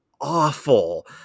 awful